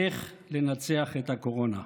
"איך לנצח את הקורונה".